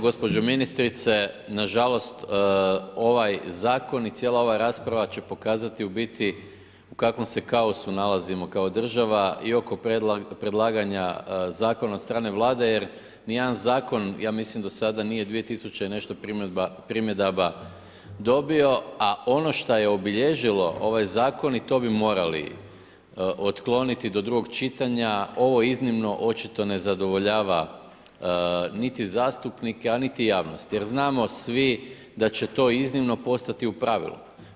Gospođo ministrice, nažalost ovaj zakon i cijela ova rasprava će pokazati u biti u kakvom se kaosu nalazimo kao država i oko predlaganja zakona od strane Vlade jer nijedan zakon ja mislim do sada nije 2000 i nešto primjedaba dobio, a ono šta je obilježilo ovaj zakon i to bi morali otkloniti do drugog čitanja, ovo iznimno očito ne zadovoljava niti zastupnike a niti javnost je r znamo svi da će to iznimno postati u pravilu.